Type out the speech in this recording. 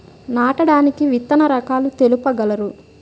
నాటడానికి విత్తన రకాలు తెలుపగలరు?